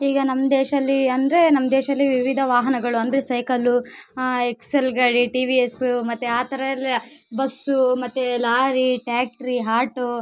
ಈಗ ನಮ್ಮ ದೇಶಲ್ಲಿ ಅಂದರೆ ನಮ್ಮ ದೇಶಲ್ಲಿ ವಿವಿಧ ವಾಹನಗಳು ಅಂದರೆ ಸೈಕಲ್ಲು ಎಕ್ಸೆಲ್ ಗಾಡಿ ಟಿ ವಿ ಎಸ್ಸು ಮತ್ತೆ ಆ ಥರ ಎಲ್ಲ ಬಸ್ಸು ಮತ್ತೆ ಲಾರಿ ಟ್ಯಾಕ್ಟ್ರಿ ಹಾಟೂ